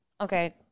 Okay